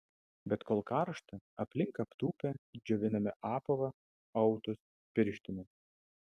bet kol karšta aplink aptūpę džioviname apavą autus pirštines